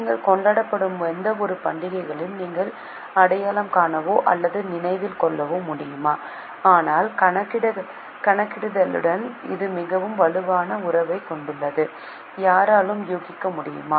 நீங்கள் கொண்டாடும் எந்தவொரு பண்டிகைகளையும் நீங்கள் அடையாளம் காணவோ அல்லது நினைவில் கொள்ளவோ முடியுமா ஆனால் கணக்கிடுதலுடன் இது மிகவும் வலுவான உறவைக் கொண்டுள்ளது யாராலும் யூகிக்க முடியுமா